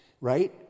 right